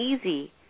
easy